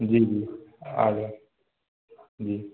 जी जी आ गया जी